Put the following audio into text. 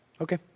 Okay